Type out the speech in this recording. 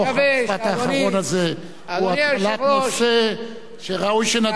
המשפט האחרון הזה הוא התחלת נושא שראוי שנדון בו.